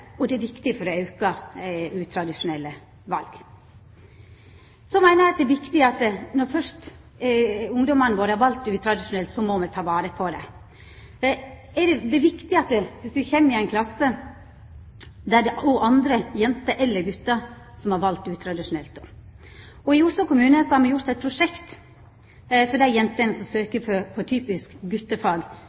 sjølve, det er viktig for arbeidslivet og det er viktig for å auka talet på utradisjonelle val. Så meiner eg det er viktig at når ungdommane våre først har valt utradisjonelt, må me ta vare på dei. Det er viktig at du kjem i ei klasse der det går andre jenter eller gutar som har valt utradisjonelt. I Oslo kommune har ein eit eige prosjekt for dei jentene som søkjer på